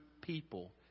people